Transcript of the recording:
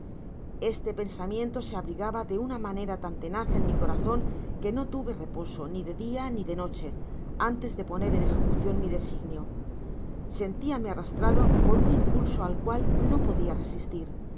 este pensamiento se abrigaba de una manera tan tenaz en mi corazon que no tuve reposo ni de dia ni de noche antes de poner en ejecucion mi designio sentiame arrastrado por un impulso al cual no podia resistir era